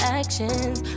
actions